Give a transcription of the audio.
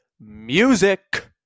music